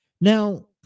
Now